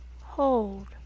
Hold